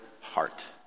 heart